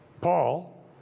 Paul